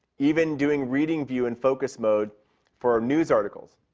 even doing reading view and focus mode for news articles.